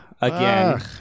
again